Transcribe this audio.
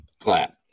clap